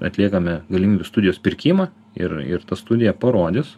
atliekame galimybių studijos pirkimą ir ir ta studija parodys